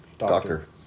Doctor